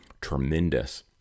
tremendous